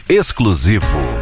exclusivo